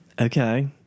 okay